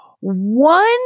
one